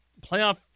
playoff